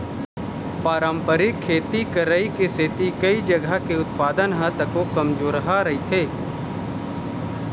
पारंपरिक खेती करई के सेती कइ जघा के उत्पादन ह तको कमजोरहा रहिथे